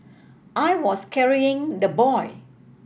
I was carrying the boy